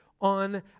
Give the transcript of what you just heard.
on